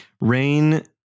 Rain